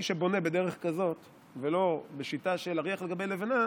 מי שבונה בדרך כזאת ולא בשיטה של אריח על גבי לבנה,